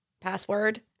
Password